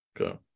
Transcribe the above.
Okay